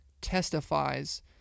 testifies